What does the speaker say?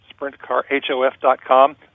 sprintcarhof.com